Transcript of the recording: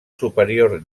superior